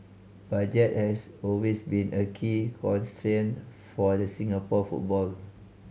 budget has always been a key constraint for the Singapore football